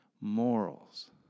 morals